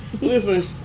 Listen